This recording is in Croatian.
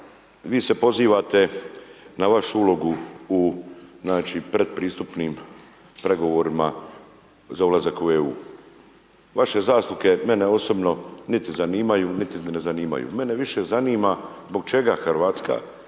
vi se pozivate na vašu ulogu u, znači, pretpristupnim pregovorima za ulazak u EU. Vaše zasluge mene osobno niti zanimaju, niti me ne zanimaju. Mene više zanima zbog čega hrvatski